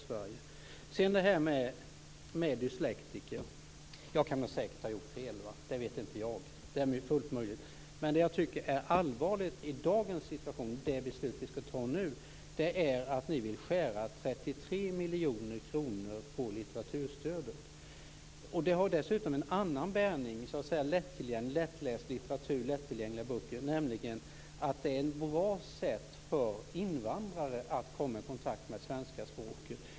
Sedan var det dyslektikerna. Jag kan säkert ha gjort fel. Det vet jag inte. Det är fullt möjligt. Men det allvarliga med det beslut som skall fattas nu är att ni vill skära 33 miljoner kronor på litteraturstödet. Det har en annan bäring, nämligen lättläst litteratur och lättillgängliga böcker. Det är ett bra sätt för invandrare att komma i kontakt med svenska språket.